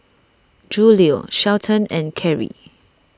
Julio Shelton and Carey